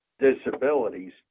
disabilities